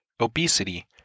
obesity